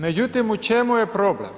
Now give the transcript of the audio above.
Međutim, u čemu je problem?